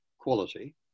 quality